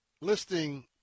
listing